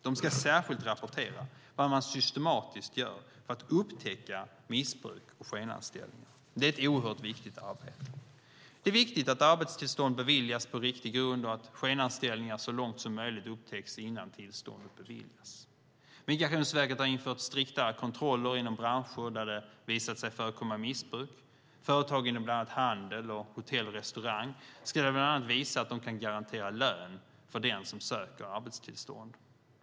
De ska särskilt rapportera vad de systematiskt gör för att upptäcka missbruk och skenanställningar. Det är ett oerhört viktigt arbete. Det är viktigt att arbetstillstånd beviljas på riktig grund och att skenanställningar så långt som möjligt upptäcks innan tillståndet beviljas. Migrationsverket har infört striktare kontroller inom branscher där det visat sig förekomma missbruk. Företag inom bland annat handel, hotell och restaurang ska bland annat visa att de kan garantera lön för den som söker arbetstillstånd.